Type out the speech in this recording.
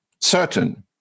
certain